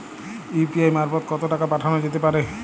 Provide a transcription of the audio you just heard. UPI মারফত কত টাকা পাঠানো যেতে পারে?